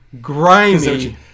grimy